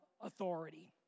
authority